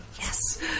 Yes